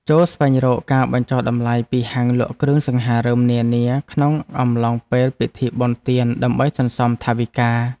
ចូរស្វែងរកការបញ្ចុះតម្លៃពីហាងលក់គ្រឿងសង្ហារិមនានាក្នុងអំឡុងពេលពិធីបុណ្យទានដើម្បីសន្សំថវិកា។